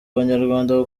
abanyarwanda